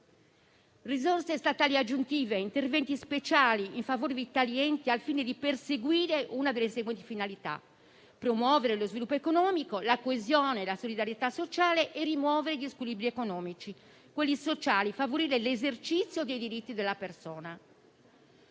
risorse statali aggiuntive e interventi speciali in favore di tali enti al fine di perseguire una delle seguenti finalità: promuovere lo sviluppo economico, la coesione e la solidarietà sociale; rimuovere gli squilibri economici e quelli sociali; favorire l'esercizio dei diritti della persona.